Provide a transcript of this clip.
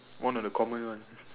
one of the common one